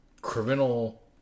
criminal